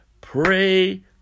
Pray